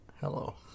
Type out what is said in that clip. Hello